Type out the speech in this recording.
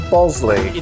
Bosley